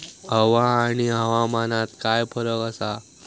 हवा आणि हवामानात काय फरक असा?